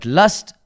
lust